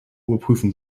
überprüfen